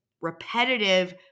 repetitive